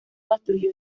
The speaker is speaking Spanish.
construyó